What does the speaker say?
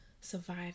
survive